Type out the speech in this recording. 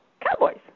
cowboys